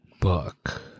book